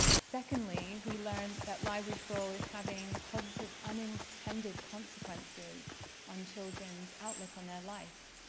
secondly, we learned that library for all is having positive unintended consequences on children's outlook on their life.